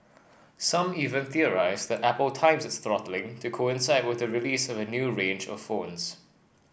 some even theorised that Apple times its throttling to coincide with the release of a new range of phones